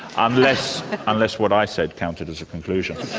unless unless what i said counted as a conclusion.